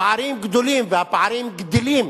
הפערים גדולים והפערים גדלים.